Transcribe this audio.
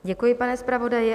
Děkuji, pane zpravodaji.